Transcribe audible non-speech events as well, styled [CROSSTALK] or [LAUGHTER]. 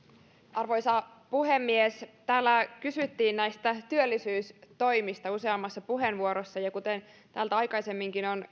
arvoisa puhemies täällä kysyttiin näistä työllisyystoimista useammassa puheenvuorossa ja kuten täältä aikaisemminkin on [UNINTELLIGIBLE]